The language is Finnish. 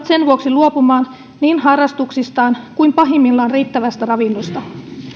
sen vuoksi luopumaan niin harrastuksistaan kuin pahimmillaan riittävästä ravinnosta